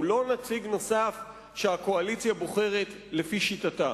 הוא לא נציג נוסף שהקואליציה בוחרת לפי שיטתה.